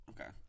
Okay